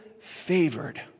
favored